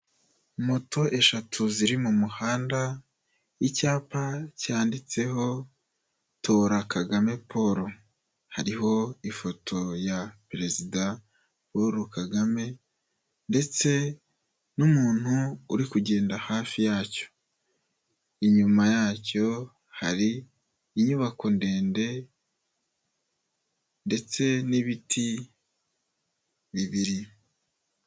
Moto eshatu ziri mu muhanda, icyapa cyanditseho tora Kagame Paul. Hariho ifoto ya Perezida Paul Kagame ndetse n'umuntu uri kugenda hafi yacyo, inyuma yacyo hari inyubako ndende ndetse n'ibiti bibiri.